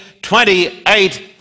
28